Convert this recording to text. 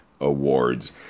Awards